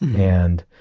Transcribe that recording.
and,